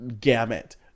gamut